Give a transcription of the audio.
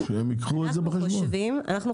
אנחנו חושבים,